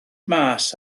mas